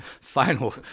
final